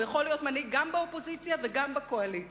הוא יכול להיות מנהיג גם באופוזיציה וגם בקואליציה.